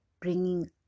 bringing